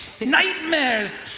Nightmares